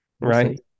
Right